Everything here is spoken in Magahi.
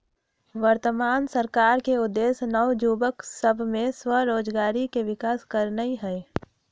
वर्तमान सरकार के उद्देश्य नओ जुबक सभ में स्वरोजगारी के विकास करनाई हई